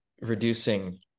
reducing